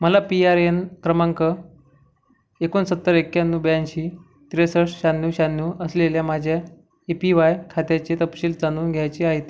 मला P R A N क्रमांक एकोणसत्तर एक्याण्णव ब्याऐंशी त्रेसष्ट शहाण्णव शहाण्णव असलेल्या माझ्या ए पी वाय खात्याचे तपशील जाणून घ्यायचे आहेत